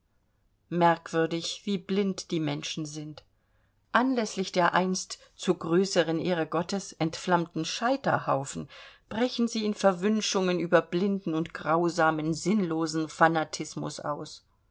merkwürdig wie blind die menschen sind anläßlich der einst zur größeren ehre gottes entflammten scheiterhaufen brechen sie in verwünschungen über blinden und grausamen sinnlosen fanatismus aus